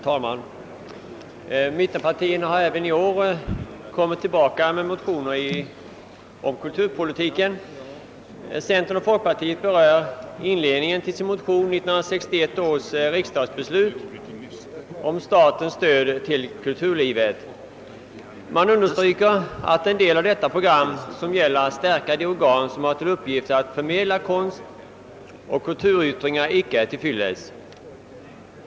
Herr talman! Mittenpartierna har även i år kommit tillbaka med motioner om kulturpolitiken. Centern och folkpartiet berör i inledningen till sin motion 1961 års riksdagsbeslut om statens stöd till kulturlivet. Man understryker att den del av detta program som gäller att stärka de organ som har till uppgift att förmedla konstoch kulturyttringar icke är till fyllest.